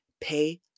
pay